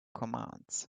commands